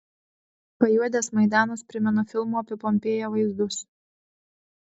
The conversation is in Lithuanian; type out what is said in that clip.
pajuodęs maidanas primena filmo apie pompėją vaizdus